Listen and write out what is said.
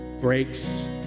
breaks